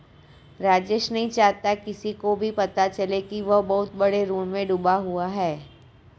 राजेश नहीं चाहता किसी को भी पता चले कि वह बहुत बड़े ऋण में डूबा हुआ है